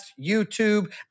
YouTube